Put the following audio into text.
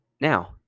Now